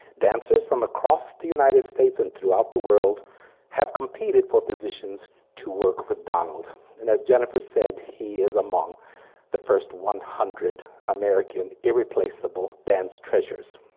dancers from across the united states and throughout the world have competed for positions to work with donald and as jennifer said he is among the first one hundred american irreplaceable dance treasures.